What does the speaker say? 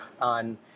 on